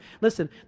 Listen